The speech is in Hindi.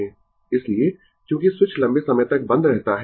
इसलिए चूंकि स्विच लंबे समय तक बंद रहता है